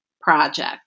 project